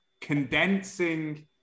condensing